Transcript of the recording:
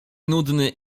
nudny